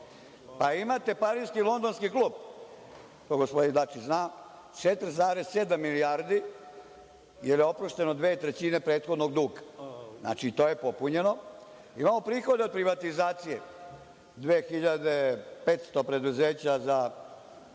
imate Pariski i Londonski klub, to gospodin Dačić zna, 4,7 milijardi, jer je oprošteno dve trećine prethodnog duga. Znači, to je popunjeno i imamo prihod od privatizacije, 2.500 preduzeća za